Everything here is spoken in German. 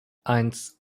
eins